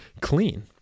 clean